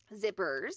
zippers